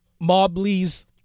Mobley's